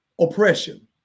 oppression